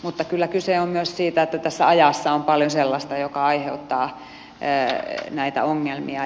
mutta kyllä kyse on myös siitä että tässä ajassa on paljon sellaista mikä aiheuttaa näitä ongelmia